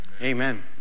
Amen